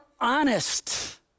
honest